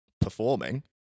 performing